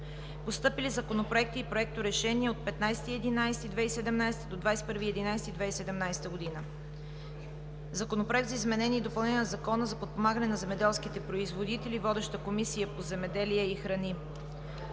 Постъпили законопроекти и проекторешения от 15 до 21 ноември 2017 г.: - Законопроект за изменение и допълнение на Закона за подпомагане на земеделските производители. Водеща е Комисията по земеделието и храните;